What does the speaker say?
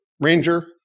Ranger